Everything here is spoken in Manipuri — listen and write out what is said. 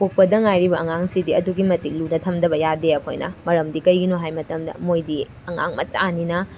ꯄꯣꯛꯄꯗ ꯉꯥꯏꯔꯤꯕ ꯑꯉꯥꯡꯁꯤꯗꯤ ꯑꯗꯨꯛꯀꯤ ꯃꯇꯤꯛ ꯂꯨꯅ ꯊꯝꯗꯕ ꯌꯥꯗꯦ ꯑꯩꯈꯣꯏꯅ ꯃꯔꯝꯗꯤ ꯀꯩꯒꯤꯅꯣ ꯍꯥꯏꯕ ꯃꯇꯝꯗ ꯃꯣꯏꯗꯤ ꯑꯉꯥꯡ ꯃꯆꯥꯅꯤꯅ